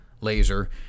laser